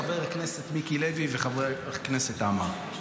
חבר הכנסת מיקי לוי וחבר הכנסת עמאר,